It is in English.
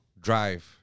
drive